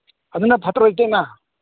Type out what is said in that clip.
ꯐꯠꯇ꯭ꯔꯣ ꯏꯇꯩꯃ